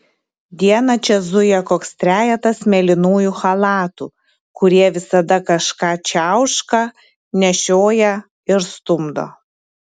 dieną čia zuja koks trejetas mėlynųjų chalatų kurie visada kažką čiauška nešioja ir stumdo